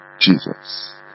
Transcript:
Jesus